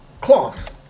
cloth